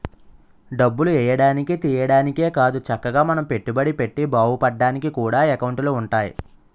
డబ్బులు ఎయ్యడానికి, తియ్యడానికే కాదు చక్కగా మనం పెట్టుబడి పెట్టి బావుపడ్డానికి కూడా ఎకౌంటులు ఉంటాయి